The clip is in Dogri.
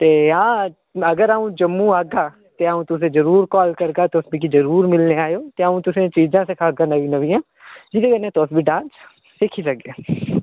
ते आं अगर अ'ऊं जम्मू औगा ते अ'ऊं तु'सेंई जरूर कॉल करगा तु'स मिगी जरूर मिलने'ई आएओ ते अ'ऊं तु'सेंई चीजां सखागा नमियां नमियां जेह्दे कन्नै तु'स डांस सिक्खी सकगे